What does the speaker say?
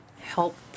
help